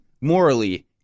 morally